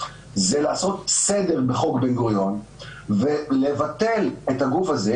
זה לעשות סדר בחוק בן-גוריון ולבטל את הגוף הזה,